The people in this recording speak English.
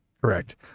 Correct